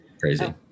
Crazy